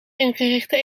ingerichte